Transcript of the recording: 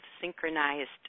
synchronized